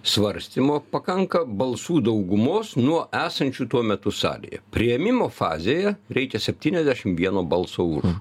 svarstymo pakanka balsų daugumos nuo esančių tuo metu salėje priėmimo fazėje reikia septyniasdešim vieno balso už